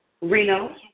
Reno